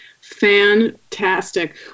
Fantastic